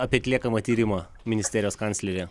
apie atliekamą tyrimą ministerijos kanclerė